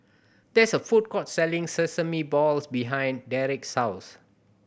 there is a food court selling sesame balls behind Drake's house